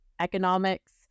economics